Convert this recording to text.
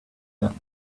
that